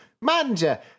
Manja